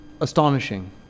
astonishing